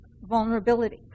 vulnerability